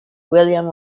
william